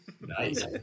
Nice